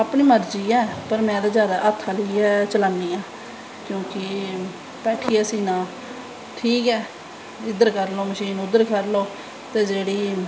अपनी मर्जी ऐ पर में जादा हत्थ आह्ली गै चलानी आं क्योंकि बैठियै सीना ठीक ऐ इद्धर करी लैओ मशीन ते जेह्ड़ी